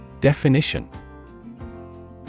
Definition